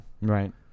Right